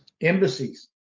Embassies